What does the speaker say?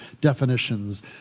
definitions